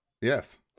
Yes